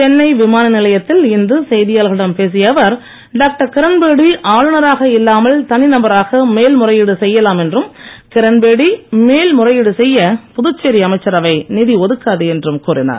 சென்னை விமான நிலையத்தில் இன்று செய்தியாளர்களிடம் பேசிய அவர் டாக்டர் கிரண்பேடி ஆளுநராக இல்லாமல் தனி நபராக மேல் முறையீடு செய்யலாம் என்றும் கிரண்பேடி மேல்முறையீடு செய்ய புதுச்சேரி அமைச்சரவை நிதி ஒதுக்காது என்றும் கூறினார்